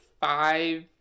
five